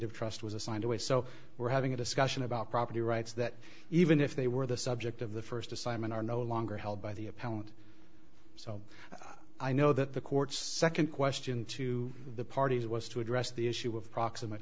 of trust was assigned away so we're having a discussion about property rights that even if they were the subject of the first assignment are no longer held by the appellant so i know that the court's second question to the parties was to address the issue of proximate